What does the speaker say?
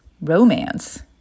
romance